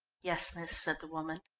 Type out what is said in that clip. yes, miss, said the woman.